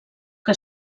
que